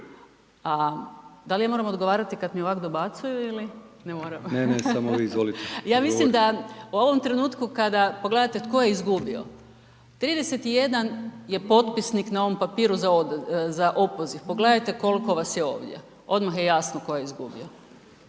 da li ja moram odgovarati kad mi ovako dobacuje ili…? …/Upadica Brkić: Ne, ne, samo vi izvolite./… Ja mislim da u ovom trenutku kada pogledate tko je izgubio, 31 je potpisnik na ovom papiru za opoziv, pogledajte koliko vas je ovdje, odmah je jasno tko je izgubio.